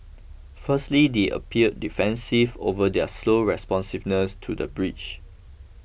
firstly they appeared defensive over their slow responsiveness to the breach